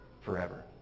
forever